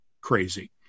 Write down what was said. crazy